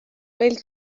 meil